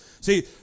See